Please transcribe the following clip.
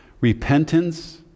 Repentance